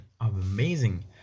amazing